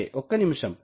సరే ఒక్క నిముషం